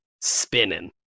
spinning